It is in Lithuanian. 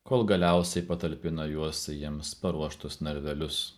kol galiausiai patalpina juos į jiems paruoštus narvelius